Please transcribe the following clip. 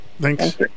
thanks